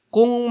Kung